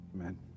Amen